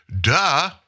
Duh